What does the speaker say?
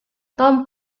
tom